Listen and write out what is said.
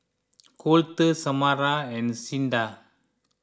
Colter Samara and Cinda